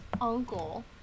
uncle